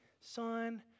son